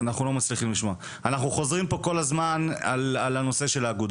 אנחנו חוזרים פה כל הזמן על הנושא של האגודות,